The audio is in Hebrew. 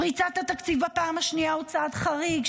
פריצת התקציב בפעם השנייה היא צעד חריג,